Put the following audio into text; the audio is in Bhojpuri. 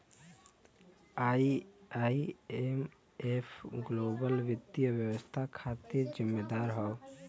आई.एम.एफ ग्लोबल वित्तीय व्यवस्था खातिर जिम्मेदार हौ